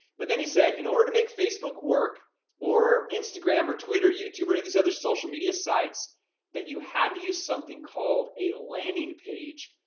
but then he said, in order to make facebook work or instagram or twitter, youtube, or any of these other social media sites that you had to use something called a landing page,